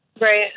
Right